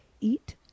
eat